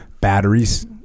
batteries